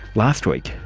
last week,